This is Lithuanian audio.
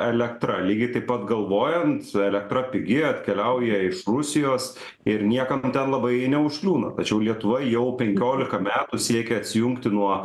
elektra lygiai taip pat galvojant elektra pigi atkeliauja iš rusijos ir niekam ten labai neužkliūna tačiau lietuva jau penkiolika metų siekia atsijungti nuo